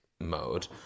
mode